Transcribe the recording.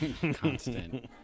constant